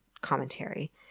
Commentary